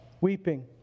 weeping